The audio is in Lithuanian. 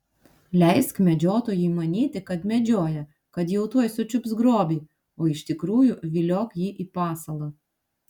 leisk medžiotojui manyti kad medžioja kad jau tuoj sučiups grobį o iš tikrųjų viliok jį į pasalą